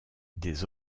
des